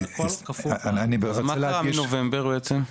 מה קרה מנובמבר בעצם?